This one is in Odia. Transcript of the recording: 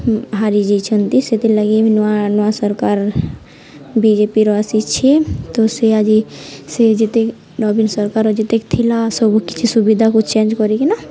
ହାରି ଯାଇଛନ୍ତି ସେଥିର୍ ଲାଗି ନୂଆ ନୂଆ ସରକାର ବିଜେପିର ଆସିଛି ତ ସେ ଆଜି ସେ ଯେତେ ନବୀନ ସରକାର ଯେତିକି ଥିଲା ସବୁ କିିଛି ସୁବିଧାକୁ ଚେଞ୍ଜ କରିକିନା